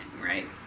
right